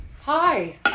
Hi